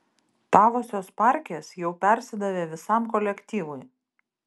tavosios parkės jau persidavė visam kolektyvui